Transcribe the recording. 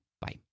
Bye